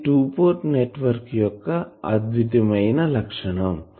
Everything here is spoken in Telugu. ఇది 2 పోర్ట్ నెట్వర్కు యొక్క అద్వితీయమైన లక్షణం